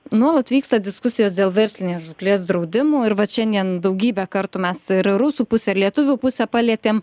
nuolat vyksta diskusijos dėl verslinės žūklės draudimų ir vat šiandien daugybę kartų mes ir rusų pusę ir lietuvių pusę palietėm